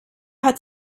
hat